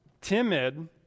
timid